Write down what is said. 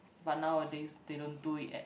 but nowadays they don't do it at